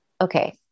okay